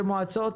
מועצות?